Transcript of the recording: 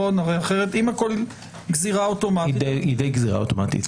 אם הכל גזירה אוטומטית --- היא די גזירה אוטומטית.